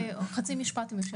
מחלים.